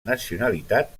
nacionalitat